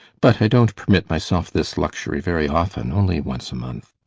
but i don't permit myself this luxury very often, only once a month.